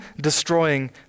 destroying